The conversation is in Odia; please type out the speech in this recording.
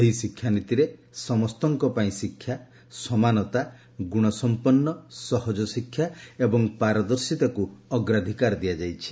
ଏହି ଶିକ୍ଷାନୀତିରେ ସମସ୍ତଙ୍କ ପାଇଁ ଶିକ୍ଷା ସମାନତା ଗୁଣସମ୍ପନ୍ଧ ସହଜ ଶିକ୍ଷା ଏବଂ ପାରଦର୍ଶିତାକୁ ଅଗ୍ରାଧିକାର ଦିଆଯାଇଛି